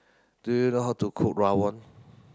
do you know how to cook Rawon